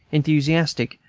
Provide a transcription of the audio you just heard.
enthusiastic,